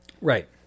Right